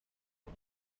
abo